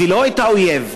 ולא את האויב.